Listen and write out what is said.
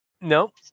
No